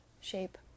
Shape